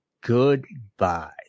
Goodbye